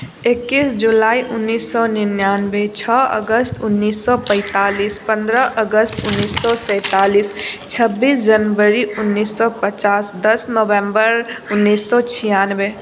एकैस जुलाई उन्नैस सए निनानबे छओ अगस्त उन्नैस सए पैँतालिस पन्द्रह अगस्त उन्नैस सए सैँतालिस छब्बीस जनवरी उन्नैस सए पचास दस नवम्बर उन्नैस सए छियानबे